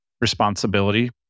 responsibility